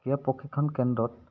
ক্ৰীড়া প্ৰশিক্ষণ কেন্দ্ৰত